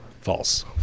False